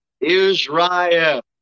Israel